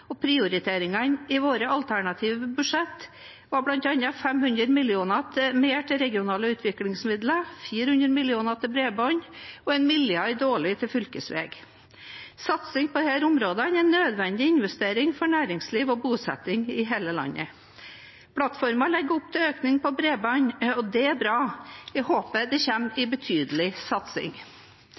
Blant prioriteringene i vårt alternative statsbudsjett var det bl.a. 500 mill. kr mer til regionale utviklingsmidler, 400 mill. kr til bredbånd og 1 mrd. kr årlig til fylkesveier. Satsing på disse områdene er en nødvendig investering for næringsliv og bosetting i hele landet. Plattformen legger opp til en økning til bredbånd. Det er bra, og jeg håper det kommer en betydelig satsing.